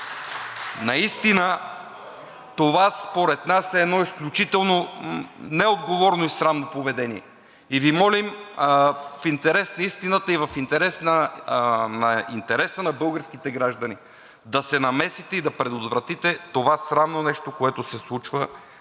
това според нас е едно изключително неотговорно и срамно поведение и Ви молим в интерес на истината и в интереса на българските граждани да се намесите и да предотвратите това срамно нещо, което се случва